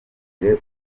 umwe